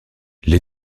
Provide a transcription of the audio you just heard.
les